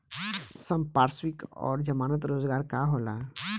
संपार्श्विक और जमानत रोजगार का होला?